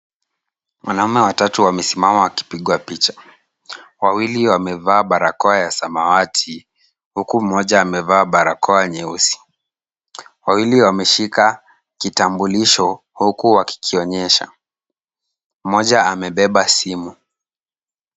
Wanamwe watatu wamesimama wakipigwa picha. Wawili wamevaa barakoa ya samawati, huku mmoja amevaa barakoa nyeusi. Wawili wameshika kitambulisho huku wakikionyesha. Mmoja amebeba simu.